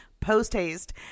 post-haste